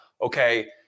okay